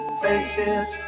faces